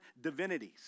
divinities